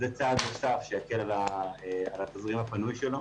זה צעד נוסף שיקל על התזרים הפנוי שלו.